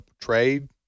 trade